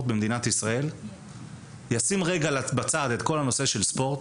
במדינת ישראל ישים רגע בצד את כל הנושא של ספורט